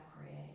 create